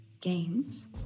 games